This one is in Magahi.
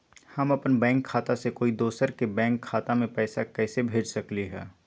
हम अपन बैंक खाता से कोई दोसर के बैंक खाता में पैसा कैसे भेज सकली ह?